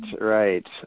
right